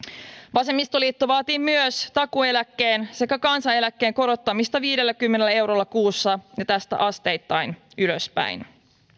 vasemmistoliitto vaatii myös takuueläkkeen sekä kansaneläkkeen korottamista viidelläkymmenellä eurolla kuussa ja tästä asteittain ylöspäin